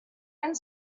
and